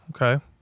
okay